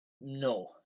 no